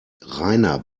rainer